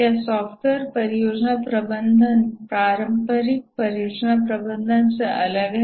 क्या सॉफ्टवेयर परियोजना प्रबंधन पारंपरिक परियोजना प्रबंधन से अलग है